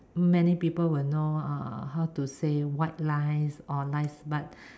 many people will know uh how to say white lies or nice but